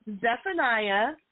Zephaniah